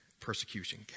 persecution